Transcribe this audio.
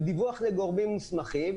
ודיווח לגומרים מוסמכים,